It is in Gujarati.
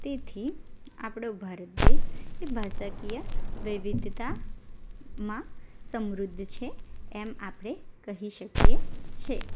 તેથી આપળો ભારત દેશ એ ભાષાકીય વિવિધતામાં સમૃદ્ધ છે એમ આપણે કહી શકીએ છીએ